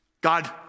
God